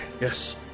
Yes